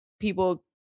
people